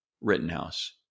Rittenhouse